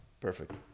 Perfect